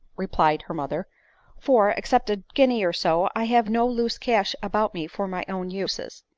replied her mother for, except a guinea or so, i have no loose cash about me for my own uses.